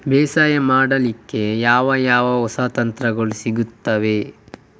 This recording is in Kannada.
ಬೇಸಾಯ ಮಾಡಲಿಕ್ಕೆ ಯಾವ ಯಾವ ಹೊಸ ಯಂತ್ರಗಳು ಸಿಗುತ್ತವೆ?